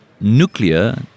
nuclear